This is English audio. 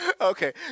Okay